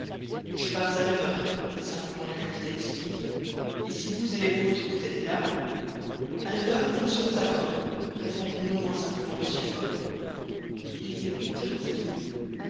je pars à neuf heures dit simplement le capitaine speedy et si vous et les vôtres vous êtes là a neuf heures nous serons à bord répondit non moins simplement mr fogg il était huit heures et demie